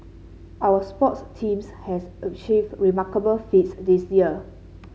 our sports teams has achieved remarkable feats this year